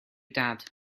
dad